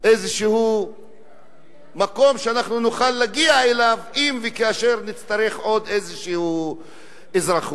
איזשהו מקום שנוכל להגיע אליו אם וכאשר נצטרך עוד איזושהי אזרחות.